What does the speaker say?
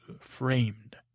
framed